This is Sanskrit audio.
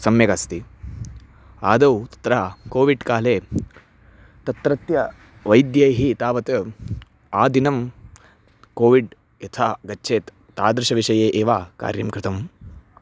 सम्यगस्ति आदौ तत्र कोविड् काले तत्रत्यवैद्यैः तावत् आदिनं कोविड् यथा गच्छेत् तादृशविषये एव कार्यं कृतम्